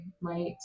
right